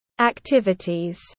activities